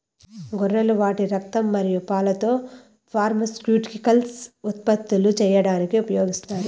గొర్రెలు వాటి రక్తం మరియు పాలతో ఫార్మాస్యూటికల్స్ ఉత్పత్తులు చేయడానికి ఉపయోగిస్తారు